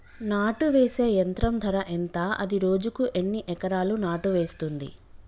నాటు వేసే యంత్రం ధర ఎంత? అది రోజుకు ఎన్ని ఎకరాలు నాటు వేస్తుంది?